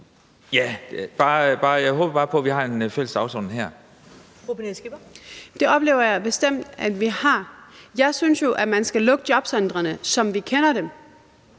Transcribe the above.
Skipper. Kl. 15:24 Pernille Skipper (EL): Det oplever jeg bestemt at vi har. Jeg synes jo, at man skal lukke jobcentrene, som vi kender dem.